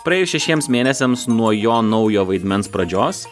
praėjus šešiems mėnesiams nuo jo naujo vaidmens pradžios